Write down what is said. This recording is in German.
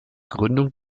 gründung